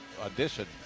audition